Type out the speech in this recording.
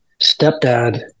stepdad